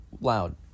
loud